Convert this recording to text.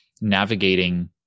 navigating